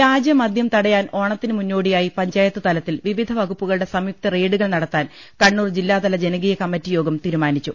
വ്യാജമദ്യം തടയാൻ ഓണത്തിന് മുന്നോടിയായി പഞ്ചായ ത്ത് തലത്തിൽ വിവിധ വകുപ്പുകളുടെ സംയുക്ത റെയ്ഡു കൾ നടത്താൻ കണ്ണൂർ ജില്ലാതല ജനകീയ കമ്മിറ്റിയോഗം തീ രുമാനിച്ചു